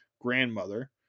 grandmother